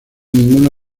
ninguna